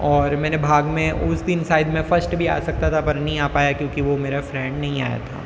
और मेरे भाग में उस दिन शायद मैं फर्स्ट भी आ सकता था पर नहीं आ पाया क्योंकि वो मेरा फ्रेंड नहीं आया था